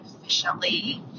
efficiently